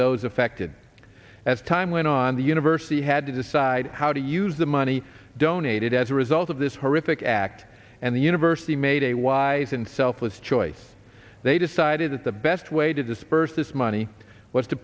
those affected as time went on the university had to decide how to use the money donated as a result of this horrific act and the university made a wise and selfless choice they decided that the best way to disburse this money was to